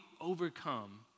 overcome